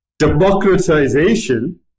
Democratization